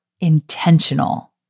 intentional